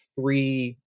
three